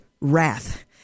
Wrath